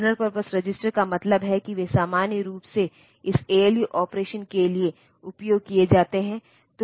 general purpose register का मतलब है वे सामान्य रूप से इस ऐएलयू ऑपरेशन के लिए उपयोग किए जाते हैं